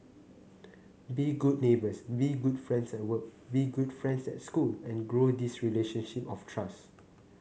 be good neighbours be good friends at work be good friends at school and grow this relationship of trust